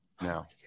now